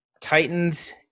Titans